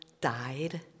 died